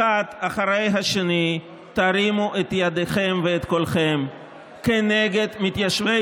אחד אחרי השני תרימו את ידיכם ואת קולכם כנגד מתיישבי